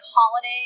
holiday